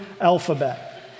alphabet